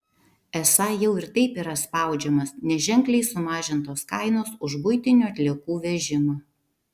esą jau ir taip yra spaudžiamas nes ženkliai sumažintos kainos už buitinių atliekų vežimą